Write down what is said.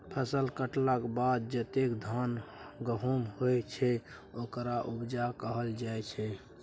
फसल कटलाक बाद जतेक धान गहुम होइ छै ओकरा उपजा कहल जाइ छै